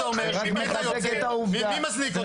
זה רק מחזק את העובדה -- מה זה אומר ומי מזניק אותך?